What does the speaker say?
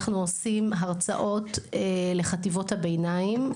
אנחנו עושים הרצאות לחטיבות הביניים,